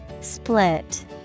Split